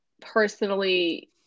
personally